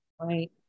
right